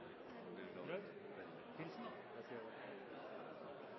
slik jeg ser